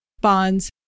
bonds